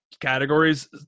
categories